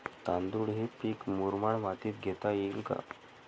तांदूळ हे पीक मुरमाड मातीत घेता येईल का?